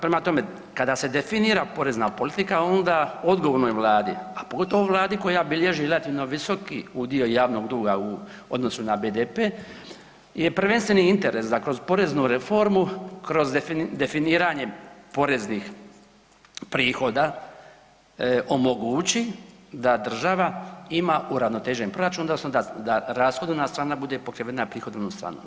Prema tome, kada se definira porezna politika onda odgovornoj Vladi a pogotovo Vladi koja bilježi relativno visoki udio javnog duga u odnosu na BDP-e je prvenstveni interes da kroz poreznu reformu, kroz definiranje poreznih prihoda omogući da država ima uravnotežen proračun odnosno da rashodovna strana bude pokrivena prihodovnom stranom.